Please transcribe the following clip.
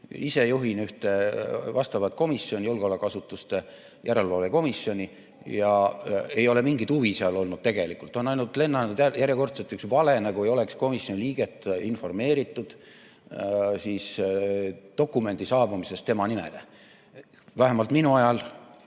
Ise juhin ühte vastavat komisjoni, julgeolekuasutuste järelevalve komisjoni. Ei ole seal mingit huvi olnud tegelikult, on ainult lennanud järjekordselt üks vale, nagu ei oleks komisjoni liiget informeeritud dokumendi saabumisest tema nimele. Vähemalt minu ajast